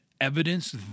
evidence